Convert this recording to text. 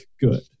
good